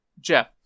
Jeff